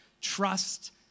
Trust